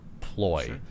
ploy